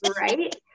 right